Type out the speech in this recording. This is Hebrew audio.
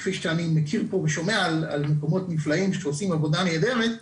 כפי שאני שומע על מקומות נפלאים שעושים עבודה נהדרת,